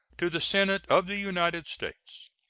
to the senate of the united states